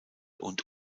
und